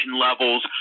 levels